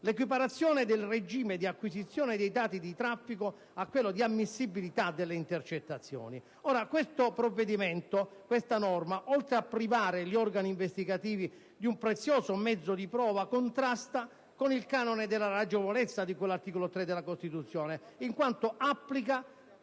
equiparazione del regime di acquisizione dei dati di traffico a quello di ammissibilità delle intercettazioni. Questa norma, oltre a privare gli organi investigativi di un prezioso mezzo di prova, contrasta con il canone della ragionevolezza di cui all'articolo 3 della Costituzione, in quanto applica